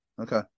Okay